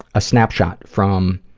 a snapshot from